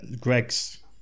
Greg's